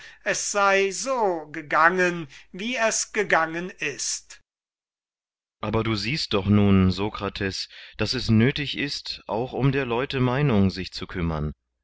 es sei so gegangen wie es gegangen ist kriton aber du siehst doch nun sokrates daß es nötig ist auch um der leute meinung sich zu kümmern